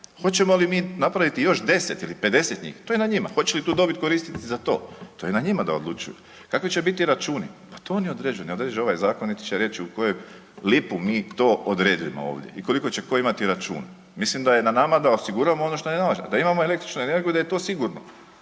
Hoćemo li mi napraviti još 10 ili 50 njih, to je na njima, hoće li tu dobit koristit za to, to je na njima da odlučuju, kakvi će biti računi, pa to oni određuju, ne određuje ovaj zakon niti će reći u koju lipu mi to odredimo ovdje i koliko će ko imati račun. Mislim da je na nama da osiguramo ono što je na nama da imamo električnu energiju i da je to sigurno,